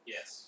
Yes